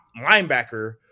linebacker